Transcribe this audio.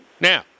Now